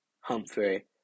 Humphrey